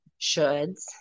shoulds